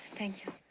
thank you.